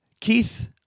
Keith